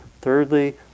Thirdly